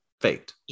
faked